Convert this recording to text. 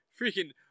Freaking